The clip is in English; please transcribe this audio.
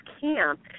camp